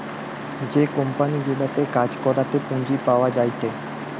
যে কোম্পানি গুলাতে কাজ করাতে পুঁজি পাওয়া যায়টে